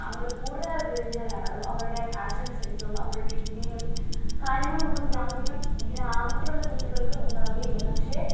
അവർ കൂടുതലായി ഉപയോഗിക്കുന്നവരാണ് അവരുടെ ഫാഷൻ സെൻസും അവരുടെ ട്രെൻഡിങ്ങും കാര്യങ്ങളും ഒന്നും ഗ്രാമീണ ഗ്രാമത്തിലുള്ള കുട്ടികൾക്ക് ഉണ്ടാവുകയില്ല പക്ഷേ